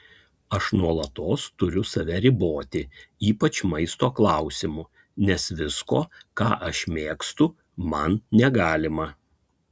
aš nuolatos turiu save riboti ypač maisto klausimu nes visko ką aš mėgstu man negalima